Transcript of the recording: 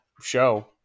show